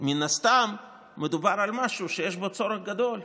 מן הסתם מדובר על משהו שיש בו צורך גדול.